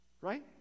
Right